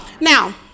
Now